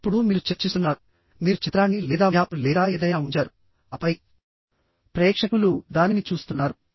ఇప్పుడుమీరు చర్చిస్తున్నారుమీరు చిత్రాన్ని లేదా మ్యాప్ను లేదా ఏదైనా ఉంచారుఆపై ప్రేక్షకులు దానిని చూస్తున్నారు